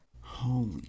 Holy